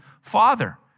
father